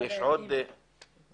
כפר הדייגים.